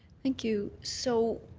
thank you. so